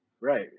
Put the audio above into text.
right